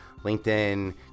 LinkedIn